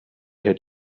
had